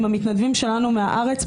עם המתנדבים שלנו מהארץ,